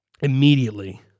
immediately